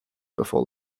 before